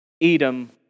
Edom